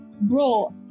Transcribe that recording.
bro